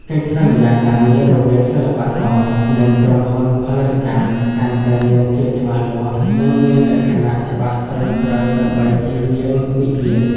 កិច្ចសន្យាការងាររវាងសិល្បករ និងក្រុមហ៊ុនផលិតកម្ម កាន់តែមានភាពច្បាស់លាស់ និងមានលក្ខណៈច្បាប់ត្រឹមត្រូវដើម្បីចៀសវាងវិវាទ។